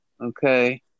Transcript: Okay